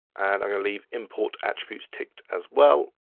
and i'm gonna leave import attributes ticked as well.